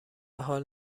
حال